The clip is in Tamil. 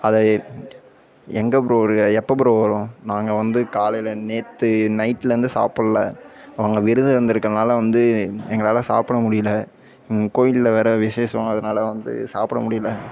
அதை எ எங்கே ப்ரோ இருக்க எப்போ ப்ரோ வரும் நாங்கள் வந்து காலையில் நேற்று நைட்லேருந்து சாப்புடல இப்போ நாங்கள் விரதம் இருந்துருக்கனால வந்து எங்களால் சாப்பிட முடியல கோயிலில் வேறு விசேஷம் அதனால் வந்து சாப்புடமுடியில